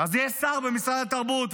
אז יש שר במשרד התרבות,